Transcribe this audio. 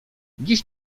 dziś